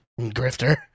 Grifter